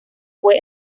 fue